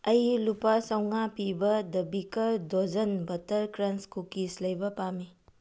ꯑꯩ ꯂꯨꯄꯥ ꯆꯥꯝꯃꯉꯥ ꯄꯤꯕ the baker dozen butter crunch cookies ꯂꯩꯕ ꯄꯥꯝꯃꯤ